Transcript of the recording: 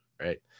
right